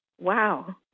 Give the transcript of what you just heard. Wow